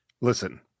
Listen